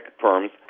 firms